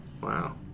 Wow